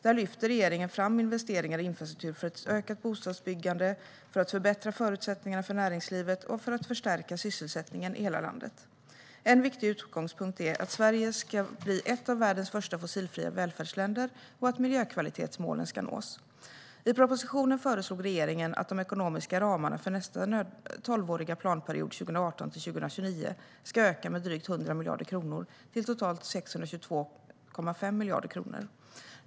Där lyfter regeringen fram investeringar i infrastruktur för ett ökat bostadsbyggande, för att förbättra förutsättningarna för näringslivet och för att förstärka sysselsättningen i hela landet. En viktig utgångspunkt är att Sverige ska bli ett av världens första fossilfria välfärdsländer och att miljökvalitetsmålen ska nås. I propositionen föreslog regeringen att de ekonomiska ramarna för nästa tolvåriga planperiod, 2018-2029, ska öka med drygt 100 miljarder kronor, till totalt 622,5 miljarder kronor.